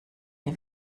die